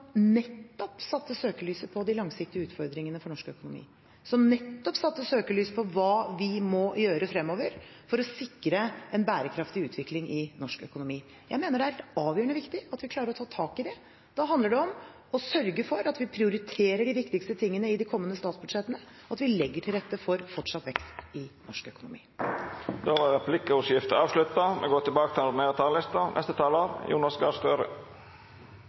nettopp satte søkelyset på de langsiktige utfordringene for norsk økonomi, som nettopp satte søkelyset på hva vi må gjøre fremover for å sikre en bærekraftig utvikling i norsk økonomi. Jeg mener det er helt avgjørende viktig at vi klarer å ta tak i det. Da handler det om å sørge for at vi prioriterer de viktigste tingene i de kommende statsbudsjettene, og at vi legger til rette for fortsatt vekst i norsk økonomi. Replikkordskiftet er avslutta. Det går